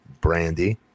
Brandy